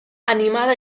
animada